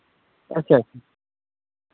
ᱟᱪᱪᱷᱟ ᱟᱪᱪᱷᱟ